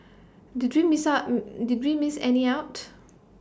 did you miss up did we miss any out